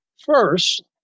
First